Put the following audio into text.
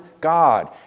God